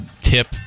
tip